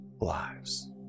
lives